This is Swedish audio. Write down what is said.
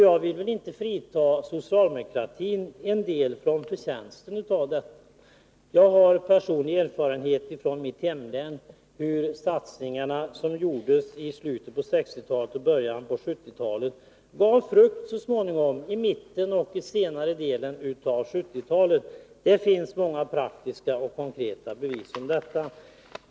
Jag vill inte frita socialdemokratin från en del av förtjänsten av detta. Jag har personlig erfarenhet från mitt hemlän av hur de satsningar som gjordes i slutet av 1960-talet och början av 1970-talet så småningom gav frukt i mitten och senare delen av 1970-talet. Det finns många praktiska och konkreta bevis på detta.